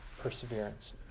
perseverance